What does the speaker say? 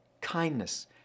kindness